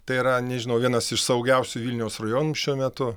tai yra nežinau vienas iš saugiausių vilniaus rajonų šiuo metu